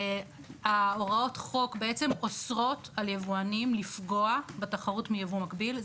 הוראות חוק בעצם אוסרות על יבואנים לפגוע בתחרות ביבוא מקביל.